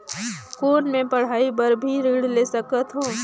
कौन मै पढ़ाई बर भी ऋण ले सकत हो?